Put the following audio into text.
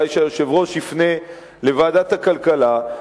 אולי היושב-ראש יפנה לוועדת הכלכלה,